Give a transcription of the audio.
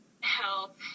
health